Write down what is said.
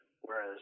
whereas